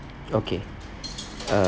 okay uh